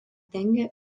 dengia